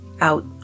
out